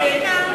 גברתי,